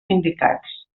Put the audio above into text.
sindicats